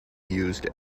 used